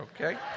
okay